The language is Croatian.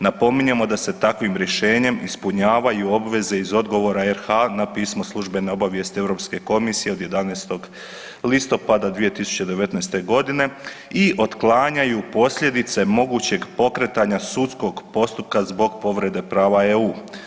Napominjemo da se takvim rješenjem ispunjavaju obveze iz odgovora RH na pismo službene obavijesti Europske komisije od 11. listopada 2019.g. i otklanjaju posljedice mogućeg pokretanja sudskog postupka zbog povrede prava EU.